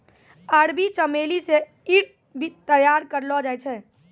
अरबी चमेली से ईत्र भी तैयार करलो जाय छै